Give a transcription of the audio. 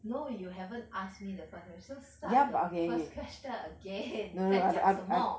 no you haven't ask me the first question so start the first question again 你在讲什么